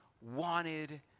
wanted